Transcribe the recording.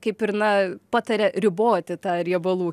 kaip ir na pataria riboti tą riebalų